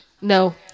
No